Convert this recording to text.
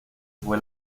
fue